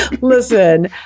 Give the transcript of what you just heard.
Listen